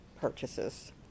purchases